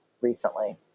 recently